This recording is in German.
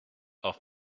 auf